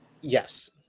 Yes